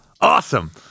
awesome